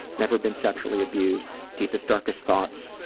never been sexually abused. deepest darkest thoughts,